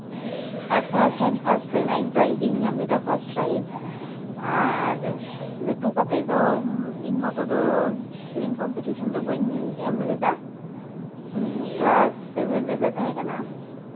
ᱟᱨ first ᱦᱚᱸᱧ first ᱠᱟᱱᱟ ᱤᱧ ᱯᱨᱟᱭᱤᱡᱽ ᱤᱧ ᱧᱟᱢ ᱞᱮᱫᱟ ᱯᱷᱟᱴ ᱯᱨᱟᱭᱤᱡᱽ ᱟᱨ ᱞᱟᱹᱴᱩ ᱠᱟᱛᱮᱫ ᱫᱚ ᱤᱧ ᱢᱚᱛᱚ ᱫᱚ ᱥᱮᱨᱮᱧ ᱠᱚᱢᱯᱤᱴᱤᱥᱚᱱ ᱫᱚ ᱵᱟᱹᱧ ᱮᱢ ᱞᱮᱫᱟ ᱠᱞᱟᱥ ᱥᱮᱵᱷᱮᱱ ᱨᱮᱞᱮ ᱛᱟᱦᱮᱸ ᱠᱟᱱᱟ